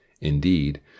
Indeed